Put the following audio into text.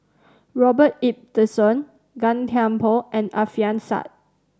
Robert Ibbetson Gan Thiam Poh and Alfian Sa'at